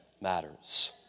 matters